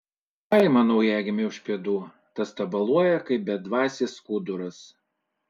paima naujagimį už pėdų tas tabaluoja kaip bedvasis skuduras